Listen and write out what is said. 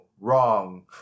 wrong